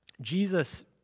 Jesus